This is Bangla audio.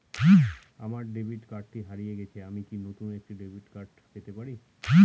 আমার ডেবিট কার্ডটি হারিয়ে গেছে আমি কি নতুন একটি কার্ড পেতে পারি?